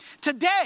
Today